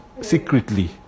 secretly